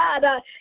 God